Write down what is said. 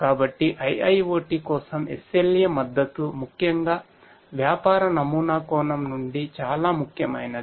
కాబట్టి IIoT కోసం SLA మద్దతు ముఖ్యంగా వ్యాపార నమూనా కోణం నుండి చాలా ముఖ్యమైనది